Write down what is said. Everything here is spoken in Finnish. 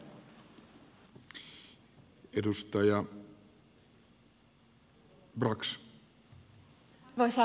arvoisa herra puhemies